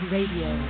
Radio